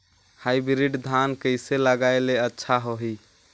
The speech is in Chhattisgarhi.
हाईब्रिड धान कइसे लगाय ले अच्छा होही?